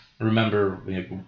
remember